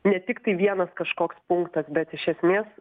ne tiktai vienas kažkoks punktas bet iš esmės